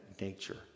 nature